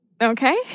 Okay